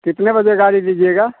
कितने बजे गाड़ी दीजिएगा